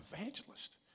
evangelist